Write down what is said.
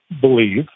believe